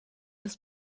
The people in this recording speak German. des